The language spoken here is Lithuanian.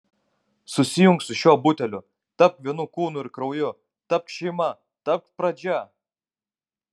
susijunk su šiuo buteliu tapk vienu kūnu ir krauju tapk šeima tapk pradžia